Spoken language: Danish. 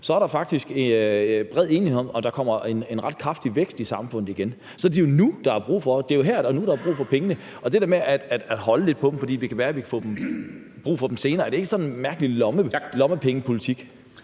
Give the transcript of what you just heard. er der faktisk bred enighed om, at der kommer en ret kraftig vækst i samfundet igen. Så det er jo nu – her og nu – at der er brug for pengene – og det der med at holde lidt på dem, fordi det kan være, at vi kan få brug for dem senere, er det ikke sådan en mærkelig lommepengepolitik?